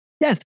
yes